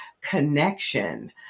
Connection